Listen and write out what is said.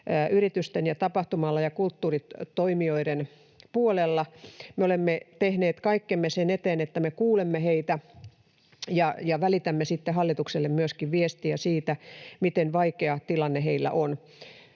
yritysten ja tapahtuma-alan ja kulttuuritoimijoiden — puolella. Me olemme tehneet kaikkemme sen eteen, että me kuulemme heitä ja välitämme sitten hallitukselle myöskin viestiä siitä, miten vaikea tilanne heillä on.